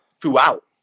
throughout